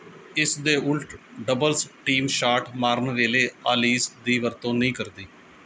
ਇਸ ਦੇ ਉਲਟ ਡਬਲਜ਼ ਟੀਮ ਸ਼ਾਟ ਮਾਰਨ ਵੇਲੇ ਆਲੀਜ਼ ਦੀ ਵਰਤੋਂ ਨਹੀਂ ਕਰਦੀ